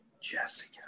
Jessica